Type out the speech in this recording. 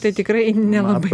tai tikrai nelabai